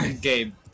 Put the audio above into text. Gabe